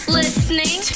listening